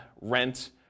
rent